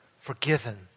forgiven